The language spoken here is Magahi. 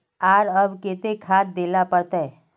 आर कब केते खाद दे ला पड़तऐ?